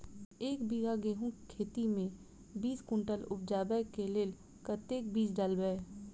एक बीघा गेंहूँ खेती मे बीस कुनटल उपजाबै केँ लेल कतेक बीज डालबै?